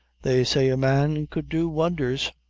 they say a man could do wondhers.